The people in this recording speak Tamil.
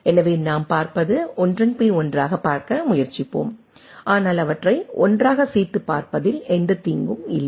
எனவே நாம் பார்ப்பது ஒன்றன் பின் ஒன்றாக பார்க்க முயற்சிப்போம் ஆனால் அவற்றை ஒன்றாக சேர்த்து பார்ப்பதில் எந்தத் தீங்கும் இல்லை